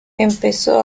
empezó